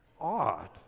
odd